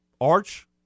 Arch